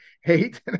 hate